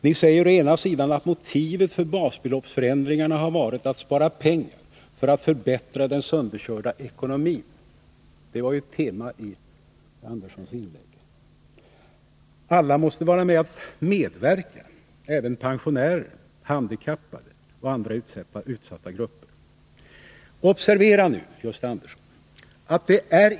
Ni säger å ena sidan att motivet för basbeloppsförändringarna har varit att spara pengar för att förbättra den sönderkörda ekonomin, och då måste alla medverka — även pensionärer, handikappade och andra utsatta grupper. Detta var ett tema i Gösta Anderssons inlägg.